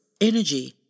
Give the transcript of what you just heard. energy